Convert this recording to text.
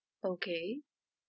okay